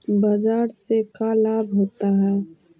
बाजार से का लाभ होता है?